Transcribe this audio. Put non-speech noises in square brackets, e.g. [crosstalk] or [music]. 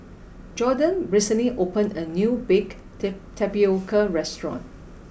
Jordon recently opened a new baked [hesitation] tapioca restaurant